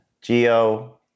Geo